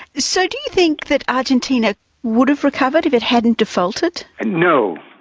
so do you think that argentina would have recovered, if it hadn't defaulted? and no.